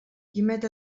quimet